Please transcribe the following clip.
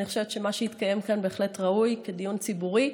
אני חושבת שמה שהתקיים כאן בהחלט ראוי כדיון ציבורי.